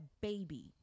baby